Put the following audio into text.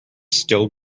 still